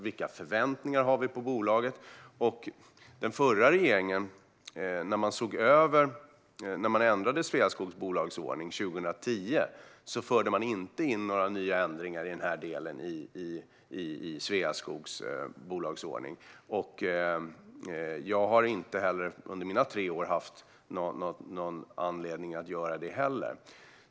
Vilka förväntningar har vi på bolaget? När den förra regeringen ändrade Sveaskogs bolagsordning 2010 förde man inte in några ändringar i den här delen av bolagsordningen. Jag har inte heller under mina tre år som minister haft någon anledning att göra det.